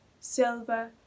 silver